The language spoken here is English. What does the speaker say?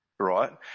right